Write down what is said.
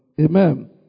Amen